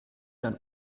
dann